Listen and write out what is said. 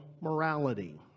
morality